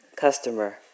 Customer